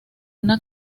una